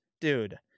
Dude